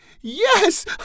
yes